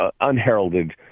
unheralded